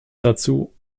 dazu